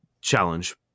challenge